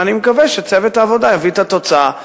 ואני מקווה שצוות העבודה יביא את התוצאה.